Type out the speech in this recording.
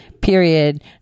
period